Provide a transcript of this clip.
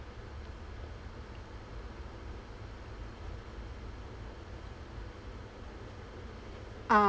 ah